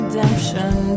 Redemption